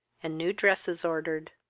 and new dresses ordered.